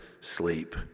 sleep